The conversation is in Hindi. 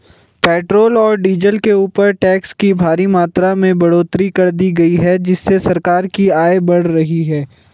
पेट्रोल और डीजल के ऊपर टैक्स की भारी मात्रा में बढ़ोतरी कर दी गई है जिससे सरकार की आय बढ़ रही है